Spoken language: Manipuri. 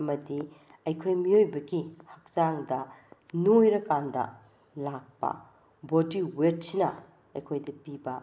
ꯑꯃꯗꯤ ꯑꯩꯈꯣꯏ ꯃꯤꯑꯣꯏꯕꯒꯤ ꯍꯛꯆꯥꯡꯗ ꯅꯣꯏꯔꯀꯥꯟꯗ ꯂꯥꯛꯄ ꯕꯣꯗꯤ ꯋꯦꯠꯁꯤꯅ ꯑꯩꯈꯣꯏꯗ ꯄꯤꯕ